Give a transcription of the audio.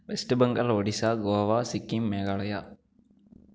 West Bengal Odisha Goa Sikkim Meghalaya